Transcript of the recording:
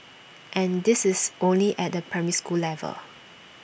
and this is only at the primary school level